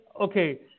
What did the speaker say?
okay